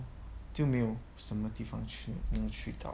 就没有什么地方去能去到